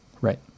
Right